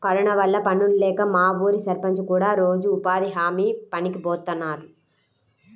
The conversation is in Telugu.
కరోనా వల్ల పనుల్లేక మా ఊరి సర్పంచ్ కూడా రోజూ ఉపాధి హామీ పనికి బోతన్నాడు